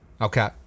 Okay